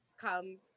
comes